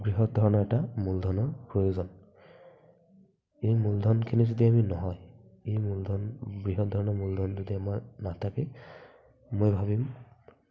বৃহৎ ধৰণৰ এটা মূলধনৰ প্ৰয়োজন এই মূলধনখিনি যদি আমি নহয় এই মূলধন বৃহৎ ধৰণৰ মূলধন যদি আমাৰ নাথাকে মই ভাবিম